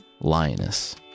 Lioness